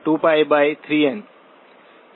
क्या तुमको वो दिखता है